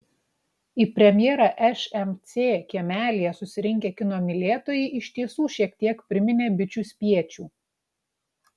į premjerą šmc kiemelyje susirinkę kino mylėtojai iš tiesų šiek tiek priminė bičių spiečių